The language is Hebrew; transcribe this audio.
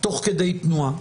תוך כדי תנועה.